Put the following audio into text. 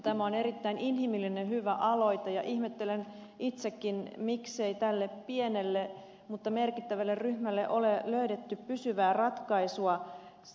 tämä on erittäin inhimillinen hyvä aloite ja ihmettelen itsekin miksei tälle pienelle mutta merkittävälle ryhmälle ole löydetty pysyvää ratkaisua